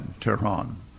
Tehran